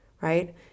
right